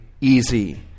easy